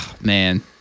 man